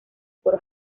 por